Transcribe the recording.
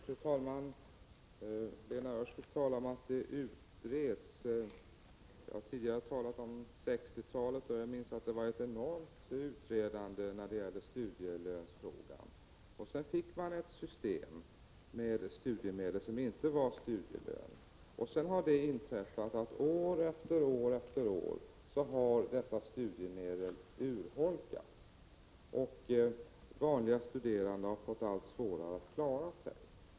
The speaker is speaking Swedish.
Fru talman! Lena Öhrsvik talar om att det utreds. Jag har tidigare nämnt 60-talet, och jag minns att det var ett enormt utredande när det gällde studielönsfrågan. Sedan fick man ett system med studiemedel, som inte var studielön. Därefter har det inträffat att år efter år efter år har dessa studiemedel urholkats, och vanliga studerande har fått allt svårare att klara sig.